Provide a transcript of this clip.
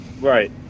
Right